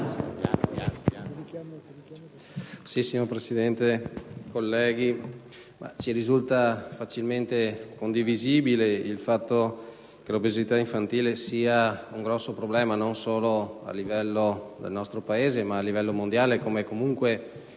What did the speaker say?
Signor Presidente, colleghi, ci risulta facilmente condivisibile il fatto che l'obesità infantile sia un grave problema, non solo nel nostro Paese, ma a livello mondiale, come emerso